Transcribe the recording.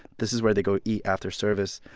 this is where they go eat after service.